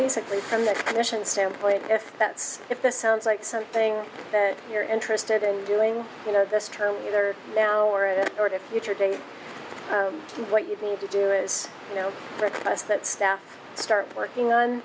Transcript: basically from the mission standpoint if that's if this sounds like something that you're interested in doing you know this term either now or it or to future date what you need to do is you know request that staff start working on